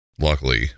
luckily